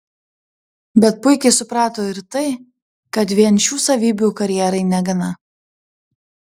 bet puikiai suprato ir tai kad vien šių savybių karjerai negana